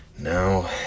Now